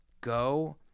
go